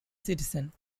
citizen